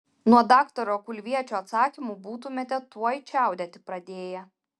nuo daktaro kulviečio atsakymų būtumėte tuoj čiaudėti pradėję